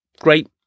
Great